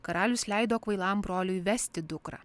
karalius leido kvailam broliui vesti dukrą